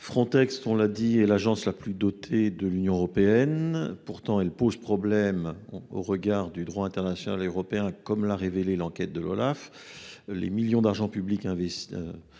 Frontex. On l'a dit et l'agence la plus dotée de l'Union européenne, pourtant elle pose problème au regard du droit international et européen comme l'a révélé l'enquête de l'Olaf. Les millions d'argent public investi.